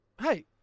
Hey